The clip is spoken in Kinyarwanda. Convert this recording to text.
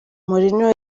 mourinho